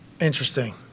Interesting